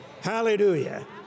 Hallelujah